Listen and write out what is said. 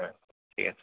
হয় ঠিক আছে